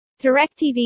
DIRECTV